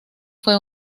fue